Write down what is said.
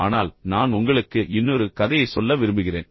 ஆனால் நான் உங்களுக்கு இன்னொரு கதையைச் சொல்ல விரும்புகிறேன்